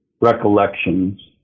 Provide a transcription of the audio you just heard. recollections